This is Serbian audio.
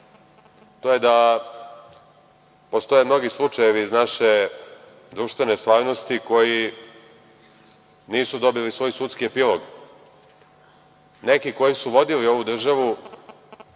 to je da postoje mnogi slučajevi iz naše društvene stvarnosti koji nisu dobili svoj sudski epilog. Neki koji su vodili ovu državu,